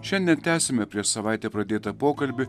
šiandien tęsiame prieš savaitę pradėtą pokalbį